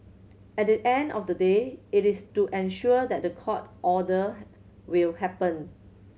at the end of the day it is to ensure that the court order will happen